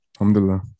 Alhamdulillah